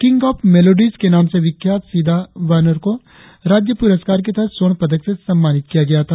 king of melodies के नाम से विख्यात सिदा बेनोर को राज्य प्रस्कार के तहत स्वर्ण पदक से सम्मानित किया गया था